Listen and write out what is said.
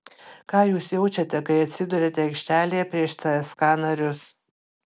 ką jūs jaučiate kai atsiduriate aikštelėje prieš cska narius